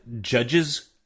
judges